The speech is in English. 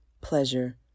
Pleasure